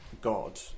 God